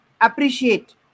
appreciate